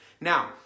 Now